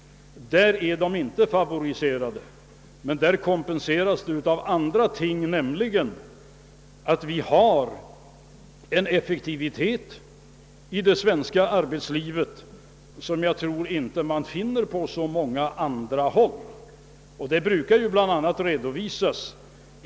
På denna punkt kompenseras emellertid företagen av att vi har en effektivitet i det svenska arbetslivet som man inte torde finna på så många andra håll.